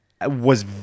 was-